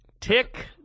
Tick